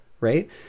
Right